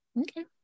okay